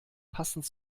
passend